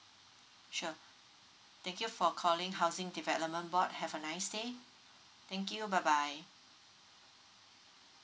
sure thank you for calling housing development board have a nice day thank you bye bye